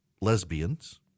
lesbians